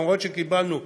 למרות שקיבלנו,